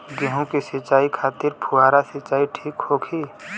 गेहूँ के सिंचाई खातिर फुहारा सिंचाई ठीक होखि?